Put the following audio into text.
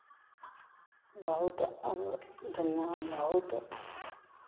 बहुत अब दुनियाँ में बहुत